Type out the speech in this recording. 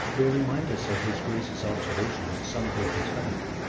they remind us of his grace's observation of some pages back.